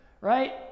right